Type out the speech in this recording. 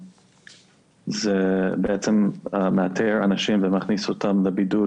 זה בעצם מאתר אנשים ומכניס אותם לבידוד,